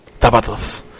Tabatos